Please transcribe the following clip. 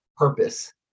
Purpose